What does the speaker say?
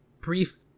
brief